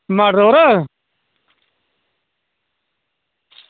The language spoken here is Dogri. मेटाडोर